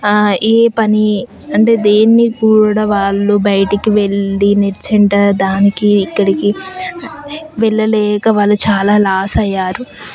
ఏ పనిని దేన్ని కూడా వాళ్లు బయటకి వెళ్లి నెట్ సెంటర్ దానికి ఇక్కడికి వెళ్ల లేక వాళ్లు చాలా లాస్ అయ్యారు